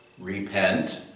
Repent